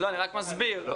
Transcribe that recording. אני מסביר.